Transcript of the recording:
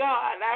God